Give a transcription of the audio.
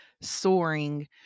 soaring